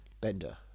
Bender